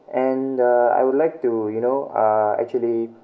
and uh I would like to you know uh actually